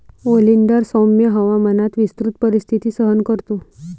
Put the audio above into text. oleander सौम्य हवामानात विस्तृत परिस्थिती सहन करतो